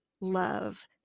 love